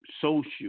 social